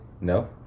No